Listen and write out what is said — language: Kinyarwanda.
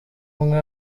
umwe